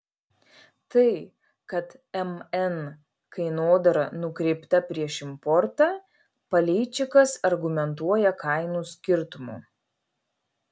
tai kad mn kainodara nukreipta prieš importą paleičikas argumentuoja kainų skirtumu